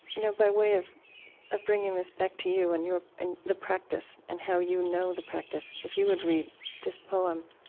you know by way of of bringing this back to you and and the practice and how you know the practice, if you would read this poem,